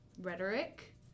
rhetoric